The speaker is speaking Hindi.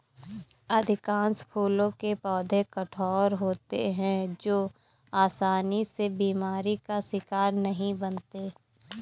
अधिकांश फूलों के पौधे कठोर होते हैं जो आसानी से बीमारी का शिकार नहीं बनते